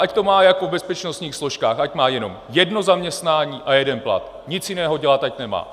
Ať to má jako v bezpečnostních složkách, ať má jenom jedno zaměstnání a jeden plat, nic jiného dělat nemá.